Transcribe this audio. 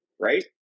right